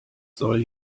soll